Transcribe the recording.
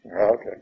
Okay